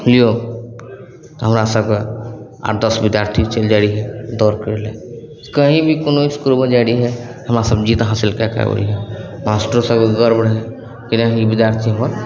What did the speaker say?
चुनिऔ हमरा सभके आठ दस विद्यार्थी चलि जाए रहिए दौड़ करैलए कहीँ भी कोनो इसकुलमे जाए रहिए हमरासभ जीत हासिल कै के आबै रहिए मास्टरो सभकेँ गर्व रहै कि नहि विद्यार्थी हमर